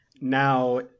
now